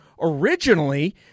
Originally